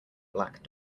black